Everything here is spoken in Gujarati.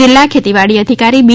જીલ્લા ખેતીવાડી અધિકારી બી